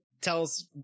tells